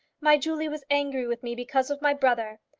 my julie was angry with me, because of my brother!